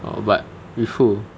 orh but with who